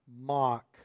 mock